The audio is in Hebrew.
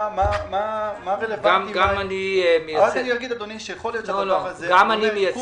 לא רק אתה מייצג את מדינת ישראל.